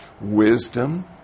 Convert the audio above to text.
wisdom